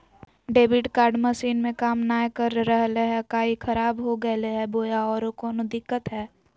Debit card machine में काम नाय कर रहले है, का ई खराब हो गेलै है बोया औरों कोनो दिक्कत है?